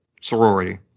sorority